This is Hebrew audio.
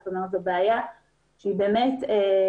זאת אומרת, זו בעיה שהיא משמעותית.